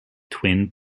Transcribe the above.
twin